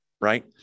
right